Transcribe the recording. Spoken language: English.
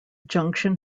junction